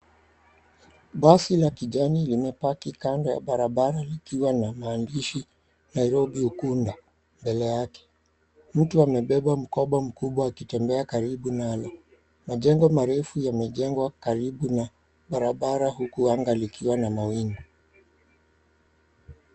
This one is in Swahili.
Basi la kijani limepaki kando ya barabara likiwa na maandishi NAIROBI UKUNDA. Mbele yake mtu amebeba mkoba mkubwa akitembea karibu nalo. Majengo marefu yamejengwa karibu na barabara huku anga likiwa na mawingu.